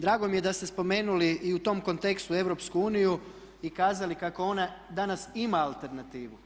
Drago mi je da ste spomenuli i u tom kontekstu EU i kazali kako ona danas ima alternativu.